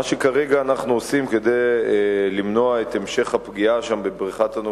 3. מה שכרגע אנחנו עושים כדי למנוע את המשך הפגיעה בבריכת-הנופרים,